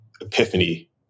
epiphany